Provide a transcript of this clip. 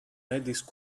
reddish